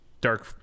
dark